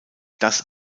das